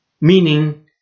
meaning